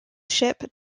ship